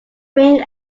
ring